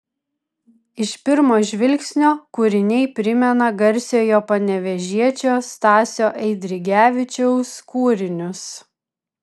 iš pirmo žvilgsnio kūriniai primena garsiojo panevėžiečio stasio eidrigevičiaus kūrinius